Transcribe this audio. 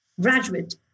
graduate